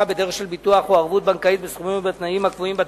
בדרך של ביטוח או ערבות בנקאית בסכומים ובתנאים הקבועים בתקנות.